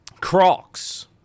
Crocs